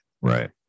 Right